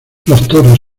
toros